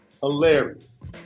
Hilarious